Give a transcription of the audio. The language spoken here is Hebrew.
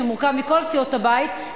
שמורכבת מכל סיעות הבית,